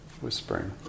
whispering